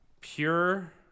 pure